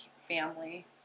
family